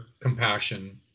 compassion